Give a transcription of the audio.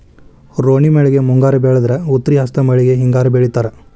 ರೋಣಿ ಮಳೆಗೆ ಮುಂಗಾರಿ ಬೆಳದ್ರ ಉತ್ರಿ ಹಸ್ತ್ ಮಳಿಗೆ ಹಿಂಗಾರಿ ಬೆಳಿತಾರ